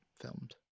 filmed